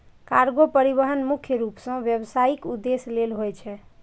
cargo परिवहन मुख्य रूप सं व्यावसायिक उद्देश्य लेल होइ छै